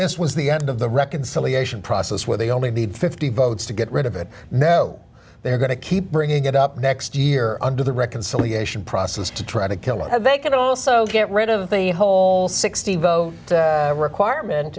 this was the end of the reconciliation process where they only need fifty votes to get rid of it now they're going to keep bringing it up next year under the reconciliation process to try to kill it and they can also get rid of the whole sixty vote requirement